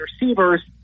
receivers